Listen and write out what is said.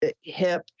hip